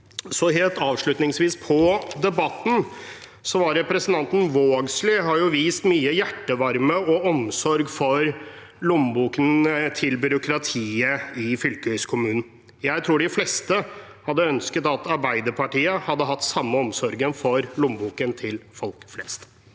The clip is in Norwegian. Helt avslutningsvis i debatten: Representanten Vågslid har vist mye hjertevarme og omsorg for lommeboken til byråkratiet i fylkeskommunen. Jeg tror de fleste hadde ønsket at Arbeiderpartiet hadde hatt den samme omsorgen for lommeboken til folk flest.